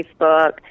Facebook